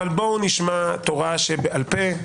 בואו נשמע תורה שבעל פה,